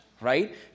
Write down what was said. right